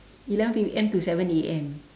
eleven P_M to seven A_M